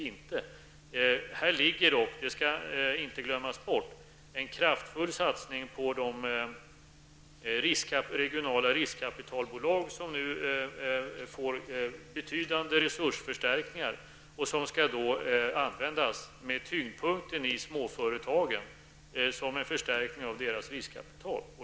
Vi skall inte glömma att det i dessa beslut ligger en kraftfull satsning på de regionala riskkapitalbolagen, som nu får betydande resursförstärkningar. Dessa skall huvudsakligen användas för att förstärka småföretagens riskkapital.